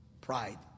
pride